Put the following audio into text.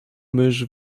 mysz